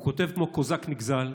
הוא כותב כמו קוזק נגזל,